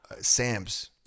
sam's